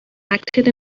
acted